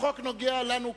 החוק נוגע לנו ככנסת.